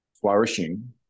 flourishing